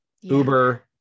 Uber